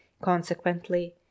Consequently